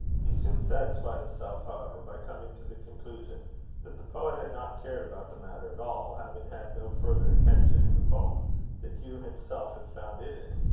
he soon satisfied himself, however, by coming to the conclusion that the poet had not cared about the matter at all, having had no further intention in the poem than hugh himself had found in it,